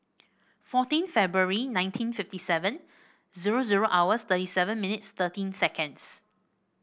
fourteen Febuary nineteen fifty seven zero zero hours thirty seven minutes thirteen seconds